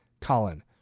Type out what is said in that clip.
Colin